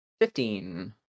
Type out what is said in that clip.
Fifteen